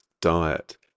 diet